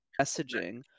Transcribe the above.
messaging